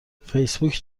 فیسبوک